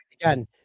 Again